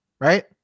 right